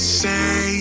say